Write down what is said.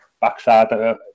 backside